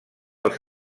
als